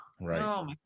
right